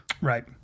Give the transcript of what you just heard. Right